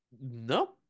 No